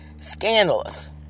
scandalous